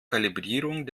kalibrierung